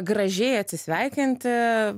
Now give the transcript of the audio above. gražiai atsisveikinti